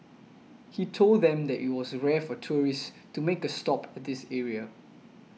he told them that it was rare for tourists to make a stop at this area